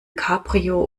cabrio